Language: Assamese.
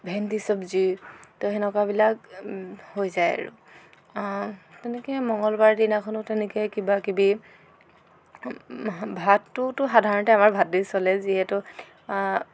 ভেন্দি চবজি তো হেনেকুৱাবিলাক হৈ যায় আৰু তেনেকে মঙলবাৰদিনাখনো তেনেকৈ কিবা কিবি ভাতটোতো সাধাৰণতে আমাৰ ভাতে চলে যিহেতু